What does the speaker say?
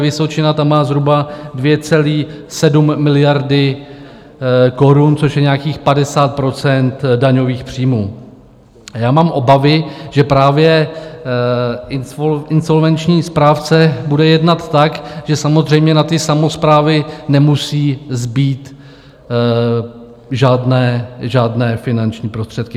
Vysočina tam má zhruba 2,7 miliardy korun, což je nějakých 50 % daňových příjmů, a já mám obavy, že právě insolvenční správce bude jednat tak, že samozřejmě na samosprávy nemusí zbýt žádné finanční prostředky.